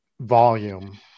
volume